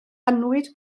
annwyd